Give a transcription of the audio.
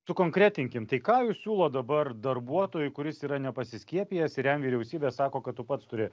sukonkretinkim tai ką jūs siūlot dabar darbuotojui kuris yra nepasiskiepijęs ir jam vyriausybė sako kad tu pats turi